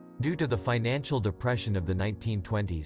due to the financial depression of the nineteen twenty s,